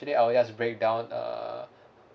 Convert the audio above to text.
I'll just break down err